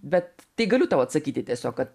bet tai galiu tau atsakyti tiesiog kad